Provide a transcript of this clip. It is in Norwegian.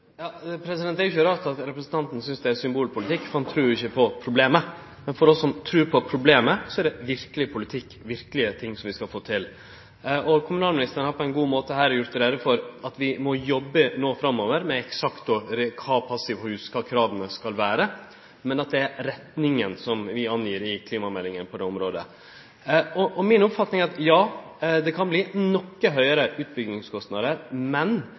at representanten synest det er symbolpolitikk, for han trur ikkje på problemet. Men for oss som trur på problemet, er det verkeleg politikk, verkelege ting som vi skal få til. Kommunalministeren har på ein god måte her gjort greie for at vi no framover må jobbe med passivhus og kva krava eksakt skal vere. Det er retninga vi gir i klimameldinga på det området. Mi oppfatning er at utbyggingskostnadene kan verte noko høgare, men